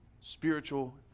spiritual